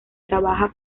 trabaja